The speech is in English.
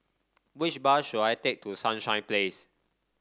which bus should I take to Sunshine Place